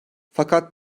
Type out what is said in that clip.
fakat